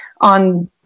on